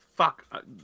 fuck